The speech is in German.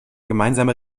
gemeinsame